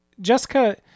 Jessica